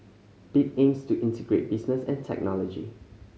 bit aims to integrate business and technology